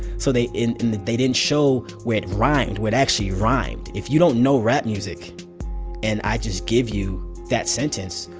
so they and they didn't show where it rhymed, where it actually rhymed. if you don't know rap music and i just give you that sentence,